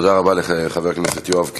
תודה רבה לחבר הכנסת יואב קיש.